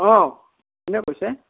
অ' কোনে কৈছে